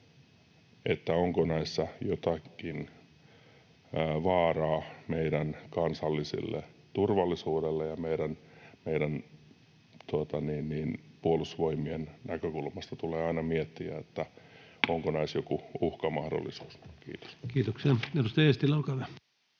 onko näissä jotakin vaaraa meidän kansalliselle turvallisuudelle, ja meidän Puolustusvoimien näkökulmasta tulee aina miettiä, onko näissä joku uhkan mahdollisuus. — Kiitos. [Speech 236] Speaker: